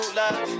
love